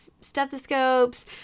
stethoscopes